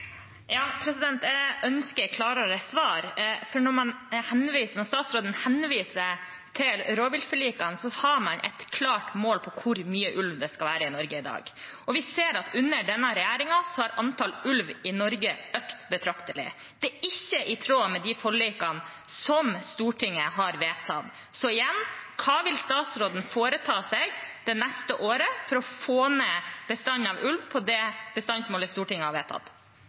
Jeg ønsker klarere svar, for når statsråden henviser til rovviltforlikene, har man et klart mål om hvor mye ulv det skal være i Norge i dag. Vi ser at under denne regjeringen har antallet ulv i Norge økt betraktelig. Det er ikke i tråd med de forlikene som Stortinget har vedtatt. Så igjen: Hva vil statsråden foreta seg det neste året for å få ned bestanden av ulv til det bestandsmålet Stortinget har vedtatt?